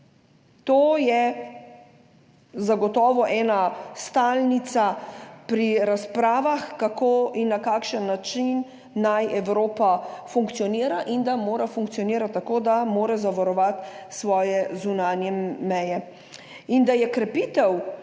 to je zagotovo ena stalnica pri razpravah kako in na kakšen način naj Evropa funkcionira in da mora funkcionirati tako, da mora zavarovati svoje zunanje meje. In da je krepitev